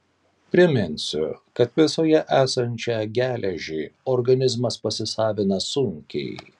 priminsiu kad mėsoje esančią geležį organizmas pasisavina sunkiai